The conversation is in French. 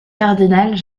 cardinals